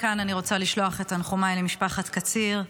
מכאן אני רוצה לשלוח את תנחומיי למשפחת קציר.